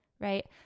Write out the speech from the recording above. right